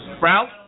Ralph